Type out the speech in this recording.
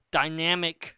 dynamic